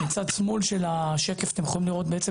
מצד שמאל של השקף אתם יכולים לראות בעצם